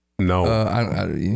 No